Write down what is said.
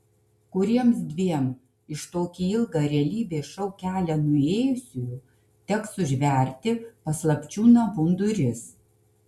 kuriems dviem iš tokį ilgą realybės šou kelią nuėjusiųjų teks užverti paslapčių namų duris